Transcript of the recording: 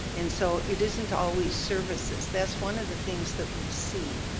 and so, it isn't always services, that's one of the things that we see.